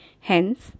Hence